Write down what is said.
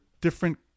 different